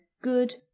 good